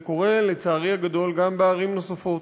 זה קורה, לצערי הגדול, גם בערים נוספות.